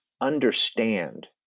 understand